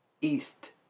east